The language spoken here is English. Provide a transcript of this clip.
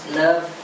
love